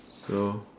so